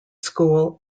school